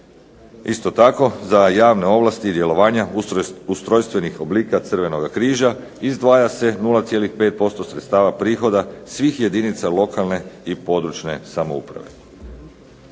Isto tako za javne ovlasti i djelovanja ustrojstvenih oblika Crvenoga križa, izdvaja se 0,5% sredstava prihoda svih jedinica lokalne i područne (regionalne)